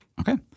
Okay